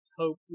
hope